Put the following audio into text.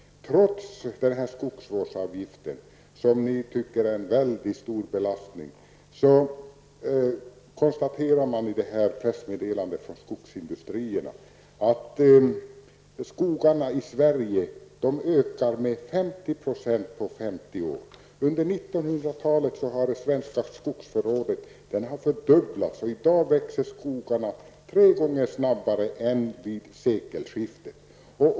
Ni tycker att skogsvårdsavgiften utgör en mycket stor belastning. Men i detta pressmeddelande konstateras att skogarna i Sverige ökar med 50 % på lika många år. Under 1900-talet har det svenska skogsförrådet fördubblats. I dag växer skogarna tre gånger snabbare än de gjorde vid sekelskiftet.